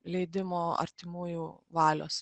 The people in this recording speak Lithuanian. leidimo artimųjų valios